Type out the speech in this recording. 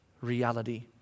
reality